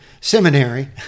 Seminary